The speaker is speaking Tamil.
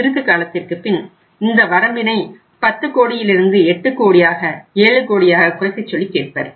சிறிது காலத்திற்கு பின் இந்த வரம்பினை 10 கோடியிலிருந்து 8 கோடியாக 7 கோடியாக குறைக்கச் சொல்லி கேட்பர்